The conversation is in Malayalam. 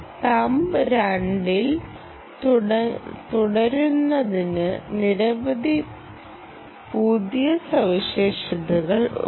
തമ്പ് രണ്ടിൽ തുടരുന്നതിന് നിരവധി പുതിയ സവിശേഷതകൾ ഉണ്ട്